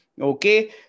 Okay